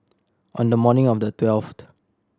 on the morning of the twelfth